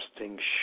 interesting